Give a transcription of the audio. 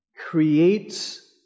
Creates